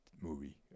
movie